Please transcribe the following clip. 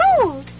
cold